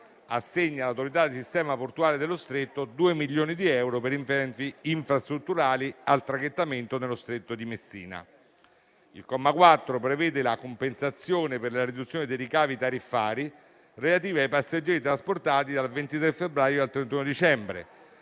assegna all'autorità di sistema portuale dello stretto 2 milioni di euro per interventi infrastrutturali al traghettamento nello stretto di Messina. Il comma 4 prevede la compensazione per la riduzione dei ricavi tariffari relativi ai passeggeri trasportati dal 23 febbraio al 31 dicembre,